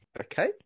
okay